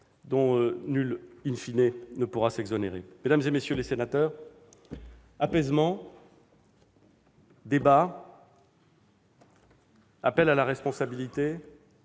dont nul,, ne pourra s'exonérer. Mesdames, messieurs les sénateurs, apaisement, débat, appel à la responsabilité